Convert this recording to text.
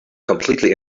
completely